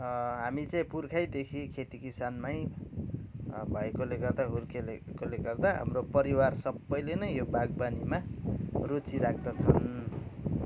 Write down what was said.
हामी चाहिँ पुर्खैदेखि खेती किसानमै भएकोले गर्दा हुर्केकोले गर्दा हाम्रो परिवार सबैले नै यो बागबानीमा रुचि राख्दछन्